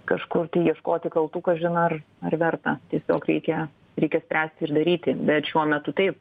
kažkur tai ieškoti kaltų kažin ar ar verta tiesiog reikia reikia spręsti ir daryti bet šiuo metu taip